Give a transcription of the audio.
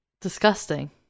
disgusting